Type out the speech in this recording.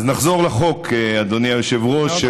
נחזור לחוק, אדוני היושב-ראש, מאוד חשוב.